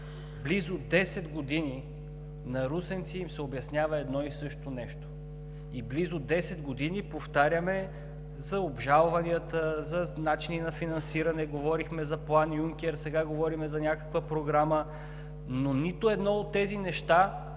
близо 10 години на русенци им се обяснява едно и също нещо и близо 10 години повтаряме за обжалванията, за начина на финансиране, говорихме за План Юнкер, сега говорим за някаква програма, но нито едно от тези неща